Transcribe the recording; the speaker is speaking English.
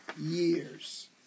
years